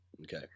Okay